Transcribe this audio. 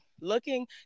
looking